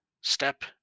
step